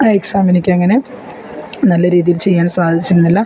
ആ എക്സാം എനിക്ക് അങ്ങനെ നല്ല രീതിയിൽ ചെയ്യാൻ സാധിച്ചിരുന്നില്ല